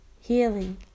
healing